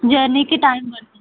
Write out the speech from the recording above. జర్నీకి time పడుతుంది ma'am